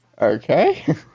Okay